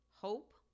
hope